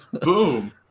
Boom